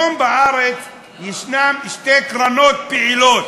כי היום בארץ יש שתי קרנות פעילות,